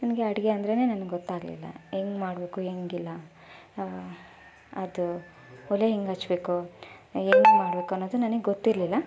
ನನಗೆ ಅಡುಗೆ ಅಂದ್ರೇ ನನ್ಗೆ ಗೊತ್ತಾಗಲಿಲ್ಲ ಹೆಂಗ್ ಮಾಡಬೇಕು ಹೆಂಗಿಲ್ಲ ಅದು ಒಲೆ ಹೆಂಗ್ ಹಚ್ಬೇಕು ಹೆಂಗ್ ಮಾಡಬೇಕು ಅನ್ನೋದು ನನಗೆ ಗೊತ್ತಿರಲಿಲ್ಲ